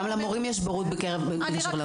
גם למורים יש בורות בקשר לנושא.